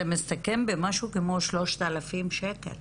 זה מסתכם במשהו כמו 3,000 שקל.